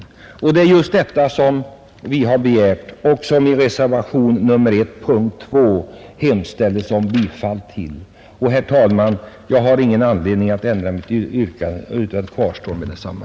Det är just detta som vi har begärt i reservationen 1, moment 2. Herr talman! Jag har ingen anledning att ändra mitt yrkande utan vidhåller detsamma.